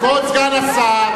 כבוד סגן השר.